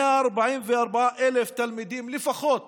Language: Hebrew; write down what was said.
144,000 תלמידים לפחות